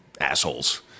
assholes